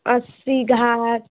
असि घाट